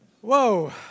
Whoa